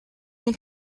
long